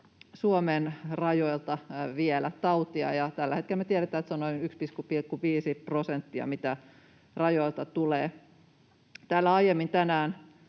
Suomen rajoilta vielä tautia. Tällä hetkellä me tiedetään, että se on noin 1,5 prosenttia, mitä rajoilta tulee. Täällä aiemmin tänään